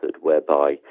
whereby